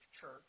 church